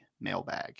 mailbag